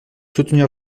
soutenir